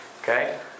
Okay